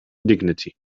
dignity